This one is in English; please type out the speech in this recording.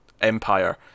empire